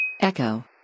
Echo